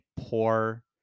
poor